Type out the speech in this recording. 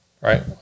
Right